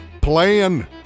playing